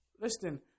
Listen